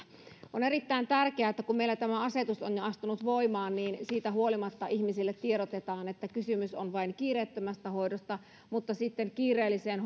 on erittäin tärkeää että kun meillä tämä asetus on jo astunut voimaan niin siitä huolimatta ihmisille tiedotetaan että kysymys on vain kiireettömästä hoidosta mutta sitten kiireelliseen